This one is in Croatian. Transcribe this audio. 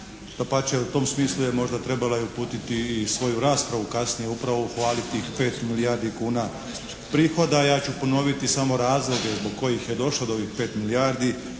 Dapače, u tom smislu je možda trebala i uputiti i svoju raspravu kasnije upravo u hvali tih 5 milijardi kuna prihoda. Ja ću ponoviti samo razloge zbog kojih je došlo do ovih 5 milijardi.